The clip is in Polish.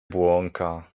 błąka